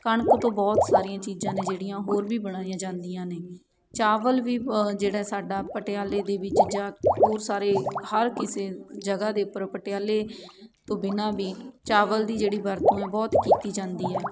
ਕਣਕ ਤੋਂ ਬਹੁਤ ਸਾਰੀਆਂ ਚੀਜ਼ਾਂ ਨੇ ਜਿਹੜੀਆਂ ਹੋਰ ਵੀ ਬਣਾਈਆਂ ਜਾਂਦੀਆਂ ਨੇ ਚਾਵਲ ਵੀ ਜਿਹੜਾ ਸਾਡਾ ਪਟਿਆਲੇ ਦੇ ਵਿੱਚ ਜਾਂ ਹੋਰ ਸਾਰੇ ਹਰ ਕਿਸੇ ਜਗ੍ਹਾ ਦੇ ਉੱਪਰ ਪਟਿਆਲੇ ਤੋਂ ਬਿਨਾਂ ਵੀ ਚਾਵਲ ਦੀ ਜਿਹੜੀ ਵਰਤੋਂ ਹੈ ਬਹੁਤ ਕੀਤੀ ਜਾਂਦੀ ਹੈ